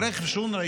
עם רכב של אונר"א,